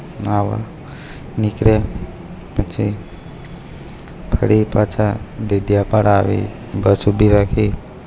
આવા નીકળે પછી ફરી પાછા ડેડીયાપાડા આવી બસ ઊભી રાખી